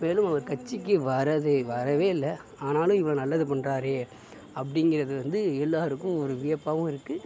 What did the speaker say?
மேலும் அவர் கட்சிக்கு வரதே வரவே இல்லை ஆனாலும் இவ்வளவு நல்லது பண்ணுறாரே அப்படிங்கறது வந்து எல்லாருக்கும் ஒரு வியப்பாகவும் இருக்குது